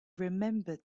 remembered